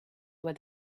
where